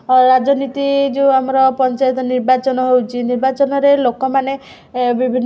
ରାଜନୀତି ଯେଉଁ ଆମର ପଞ୍ଚାୟତ ନିର୍ବାଚନ ହେଉଛି ନିର୍ବାଚନରେ ଲୋକମାନେ ବିଭିନ୍ନ